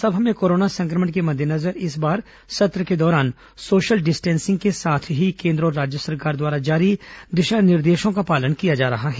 विधानसभा में कोरोना संक्रमण के मद्देनजर इस बार सत्र के दौरान सोशल डिस्टेंसिंग के साथ ही केन्द्र और राज्य सरकार द्वारा जारी दिशा निर्देशों का पालन किया जा रहा है